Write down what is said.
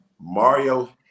Mario